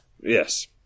yes